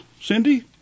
Cindy